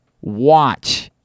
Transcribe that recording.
watch